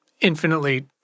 infinitely